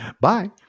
Bye